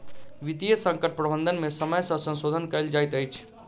वित्तीय संकट प्रबंधन में समय सॅ संशोधन कयल जाइत अछि